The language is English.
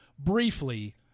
briefly